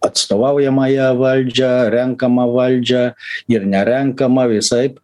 atstovaujamąją valdžią renkamą valdžią ir nerenkamą visaip